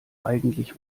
eigentlich